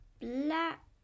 Black